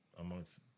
amongst